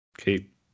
Keep